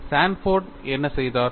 Sanford என்ன செய்தார்